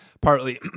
partly